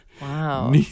Wow